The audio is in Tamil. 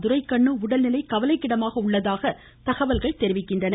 துரைக்கண்ணு உடல்நிலை கவலைக்கிடமாக உள்ளதாக தகவல்கள் தெரிவிக்கின்றன